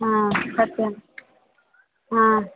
हा सत्यं हा